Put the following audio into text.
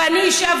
ואני אישה,